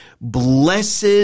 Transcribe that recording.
Blessed